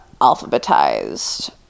alphabetized